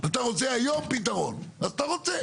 אתה רוצה היום פתרון, אז אתה רוצה.